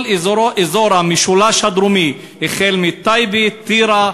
כל אזור המשולש הדרומי, החל מטייבה, טירה,